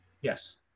yes